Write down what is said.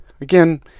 Again